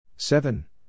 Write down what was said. Seven